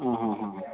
ಹಾಂ ಹಾಂ ಹಾಂ ಹಾಂ